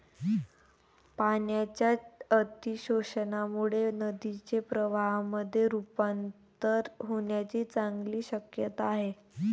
पाण्याच्या अतिशोषणामुळे नदीचे प्रवाहामध्ये रुपांतर होण्याची चांगली शक्यता आहे